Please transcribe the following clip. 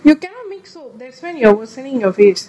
you cannot mix soap that's why you're worsening your face